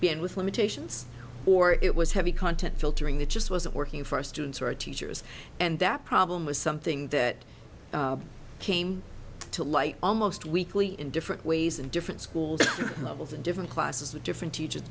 being with limitations or it was heavy content filtering that just wasn't working for students or teachers and that problem was something that came to light almost weekly in different ways and different schools levels and different classes with different